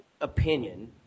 opinion